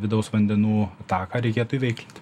vidaus vandenų taką reikėtų įveiklinti